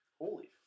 Holy